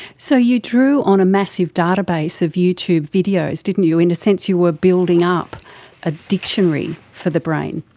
so you drew on a massive database of youtube videos didn't you. in a sense you are building up a dictionary for the brain.